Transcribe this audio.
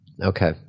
Okay